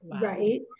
Right